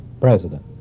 president